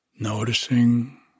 Noticing